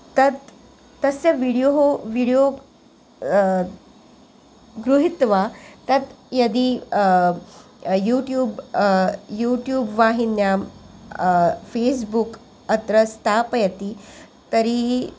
तत् तस्य विडियोः विडियो गृहीत्वा तत् यदि यूट्यूब् यूट्यूब् वाहिन्यां फ़ेस्बुक् अत्र स्थापयति तर्हि